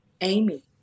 Amy